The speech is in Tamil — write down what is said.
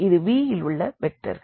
இது Vயில் உள்ள வெக்டர்கள்